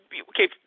okay